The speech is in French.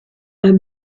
pas